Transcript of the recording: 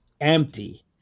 Empty